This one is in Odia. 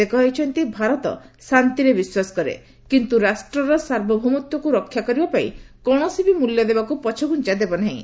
ସେ କହିଛନ୍ତି ଭାରତ ଶାନ୍ତିରେ ବିଶ୍ୱାସ କରେ କିନ୍ତୁ ରାଷ୍ଟ୍ରର ସାର୍ବଭୌମତ୍ୱକୁ ରକ୍ଷା କରିବାପାଇଁ କୌଣସି ବି ମୂଲ୍ୟ ଦେବାକୁ ପଛଘୁଞ୍ଚା ଦେବ ନାହିଁ